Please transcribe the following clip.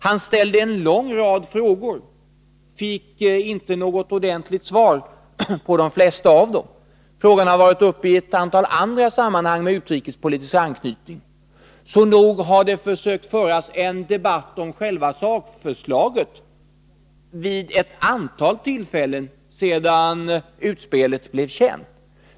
Han ställde en lång rad frågor, men på de flesta av dem fick han inte något ordentligt svar. Frågan har också varit uppe i ett antal andra sammanhang med utrikespolitisk anknytning. Så nog har man försökt föra en debatt om själva sakförslaget vid ett antal tillfällen sedan utspelet blev känt.